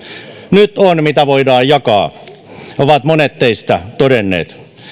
nyt on mitä voidaan jakaa ovat monet teistä todenneet